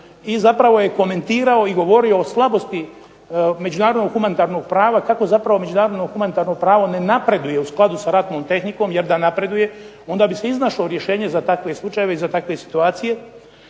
i zapravo je komentirao i govorio o slabosti međunarodnog humanitarnog prava tako zapravo međunarodno humanitarno pravo ne napreduje u skladu sa ratnom tehnikom, jer da napreduje onda bi se iznašlo rješenje za takve slučajeve i za takve situacije